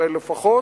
הרי לפחות,